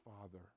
father